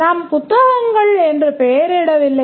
நாம் புத்தகங்கள் என்று பெயரிடவில்லை